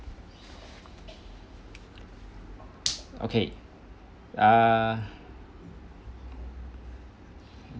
okay uh